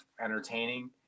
entertaining